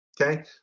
okay